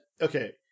Okay